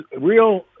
real